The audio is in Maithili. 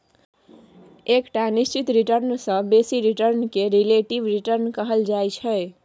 एकटा निश्चित रिटर्न सँ बेसी रिटर्न केँ रिलेटिब रिटर्न कहल जाइ छै